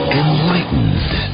enlightened